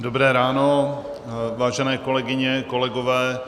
Dobré ráno, vážené kolegyně, kolegové.